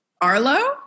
Arlo